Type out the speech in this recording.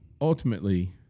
ultimately